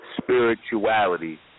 spirituality